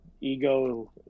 ego